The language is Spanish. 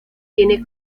tiene